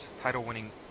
title-winning